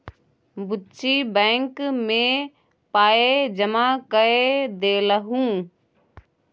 बुच्ची बैंक मे पाय जमा कए देलहुँ